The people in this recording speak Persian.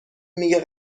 میگه